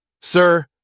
Sir